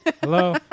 Hello